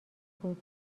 بود